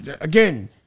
Again